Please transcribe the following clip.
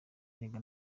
erega